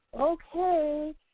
okay